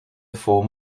form